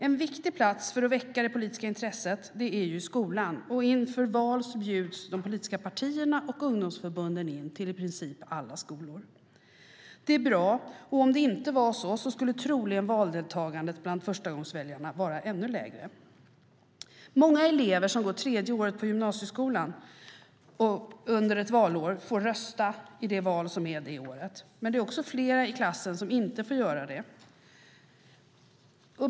En viktig plats för att väcka det politiska intresset är skolan, och inför val bjuds de politiska partierna och ungdomsförbunden in till i princip alla skolor. Det är bra. Om det inte vore så skulle troligen valdeltagandet bland förstagångsväljarna vara ännu lägre. Många elever som under ett valår går tredje året i gymnasieskolan får rösta i de val som hålls det året, men det finns samtidigt flera i klassen som inte får göra det.